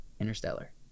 Interstellar